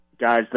guys